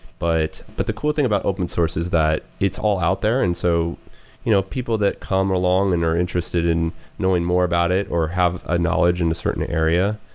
but but the cool thing about open source is that it's all out there, and so you know people that come along and are interested in knowing more about it or have a knowledge in a certain area,